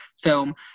film